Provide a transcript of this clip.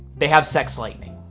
they have sex lightning.